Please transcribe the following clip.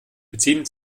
beziehen